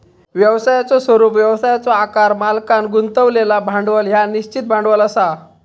व्यवसायाचो स्वरूप, व्यवसायाचो आकार, मालकांन गुंतवलेला भांडवल ह्या निश्चित भांडवल असा